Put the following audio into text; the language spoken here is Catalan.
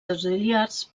auxiliars